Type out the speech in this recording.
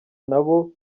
nabo